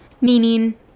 meaning